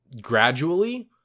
gradually